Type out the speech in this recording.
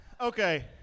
Okay